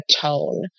tone